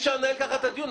אי אפשר לנהל ככה את הדיון,